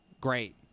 great